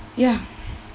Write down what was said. ya